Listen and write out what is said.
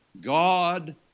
God